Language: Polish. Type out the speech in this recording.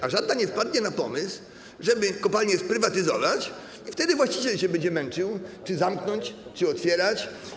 A żaden nie wpadnie na pomysł, żeby kopalnie sprywatyzować i wtedy właściciel się będzie męczył, czy zamknąć, czy otwierać.